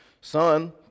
son